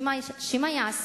שמה יעשה?